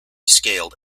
scaled